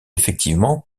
effectivement